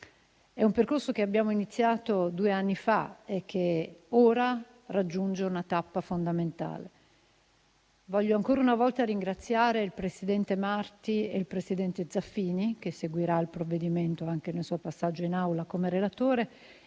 È un percorso che abbiamo iniziato due anni fa e che ora raggiunge una tappa fondamentale. Voglio ancora una volta ringraziare il presidente Marti e il presidente Zaffini, che seguirà il provvedimento anche nel suo passaggio in Aula come relatore,